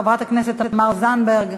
חברת הכנסת תמר זנדברג,